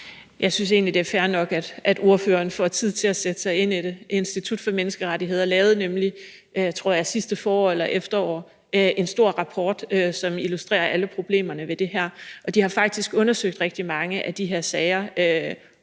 Jeg synes egentlig, det er fair nok, at ordføreren får tid til at sætte sig ind i det. Institut for Menneskerettigheder lavede nemlig, tror jeg, sidste forår eller efterår en stor rapport, som illustrerer alle problemerne ved det her, og de har faktisk undersøgt rigtig mange af de her sager